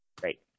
Great